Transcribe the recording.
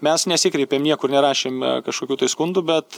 mes nesikreipėm niekur nerašėm kažkokių tai skundų bet